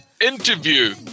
interview